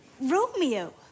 Romeo